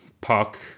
puck